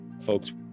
folks